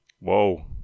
whoa